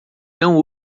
não